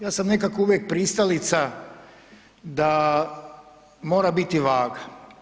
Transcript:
Ja sam nekako uvijek pristalica da mora biti vaga.